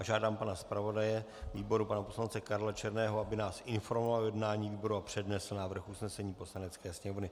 Žádám pana zpravodaje výboru, pana poslance Karla Černého, aby nás informoval o jednání výboru a přednesl návrh usnesení Poslanecké sněmovny.